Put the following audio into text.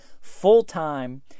full-time